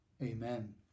amen